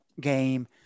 game